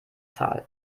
tal